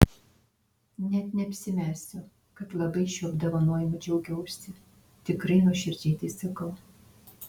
net neapsimesiu kad labai šiuo apdovanojimu džiaugiausi tikrai nuoširdžiai tai sakau